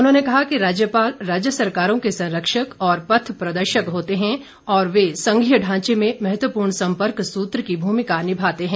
उन्होंने कहा कि राज्यपाल राज्य सरकारों के संरक्षक और पथ प्रदर्शक होते हैं और वे संघीय ढांचे में महत्वपूर्ण सम्पर्क सूत्र की भूमिका निभाते हैं